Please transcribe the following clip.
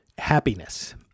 happiness